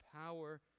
power